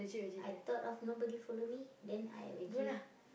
I thought of nobody follow me then I veggie lah